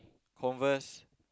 converse